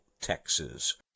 Texas